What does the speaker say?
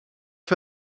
for